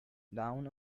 down